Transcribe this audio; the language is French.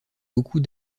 beaucoup